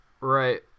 Right